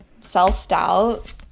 self-doubt